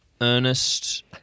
Ernest